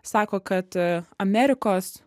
sako kad amerikos